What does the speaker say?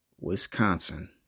Wisconsin